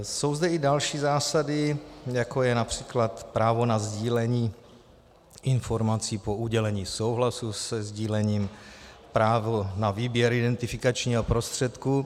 Jsou zde i další zásady, jako je například právo na sdílení informací po udělení souhlasu se sdílením, právo na výběr identifikačního prostředku.